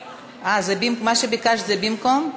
אה, מה שביקשת זה במקום?